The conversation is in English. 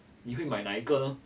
你会买哪一个呢